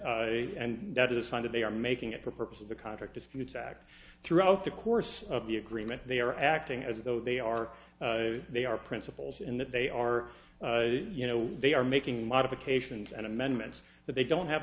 that they are making it for a purpose of the contract disputes act throughout the course of the agreement they are acting as though they are they are principles in that they are you know they are making modifications and amendments that they don't have